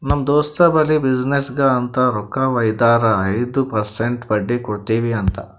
ನಮ್ ದೋಸ್ತ್ ಬಲ್ಲಿ ಬಿಸಿನ್ನೆಸ್ಗ ಅಂತ್ ರೊಕ್ಕಾ ವೈದಾರ ಐಯ್ದ ಪರ್ಸೆಂಟ್ ಬಡ್ಡಿ ಕೊಡ್ತಿವಿ ಅಂತ್